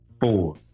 four